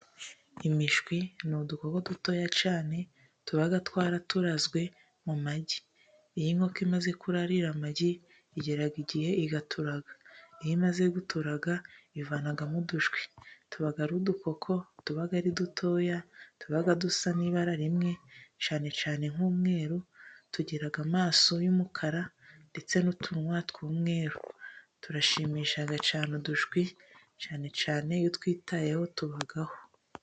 Imishwi ni udukoko dutoya cyane tuba twaraturazwe mu magi. Iyo nkoko imaze kurarira amagi, igera igihe igaturaga. Iyo imaze guturaga, ivanamo udushwi. Tuba ari udukoko tuba ari dutoya, tuba dusa n'ibara rimwe, cyane cyane nk'umweru, tugira amaso y'umukara, ndetse n'utunwa tw'umweru. Turashimisha, cyane udushwi, cyane cyane iyo utwitayeho tubaho.